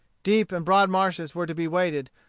deep and broad marshes were to be waded,